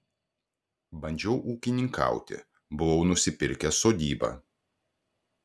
bandžiau ūkininkauti buvau nusipirkęs sodybą